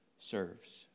serves